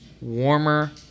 warmer